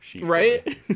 right